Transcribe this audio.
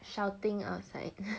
shouting outside